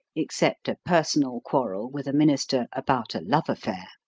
except a personal quarrel with a minister about a love affair.